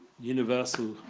Universal